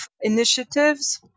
initiatives